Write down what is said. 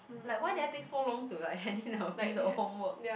like why did I take so long to like hand in a piece of homework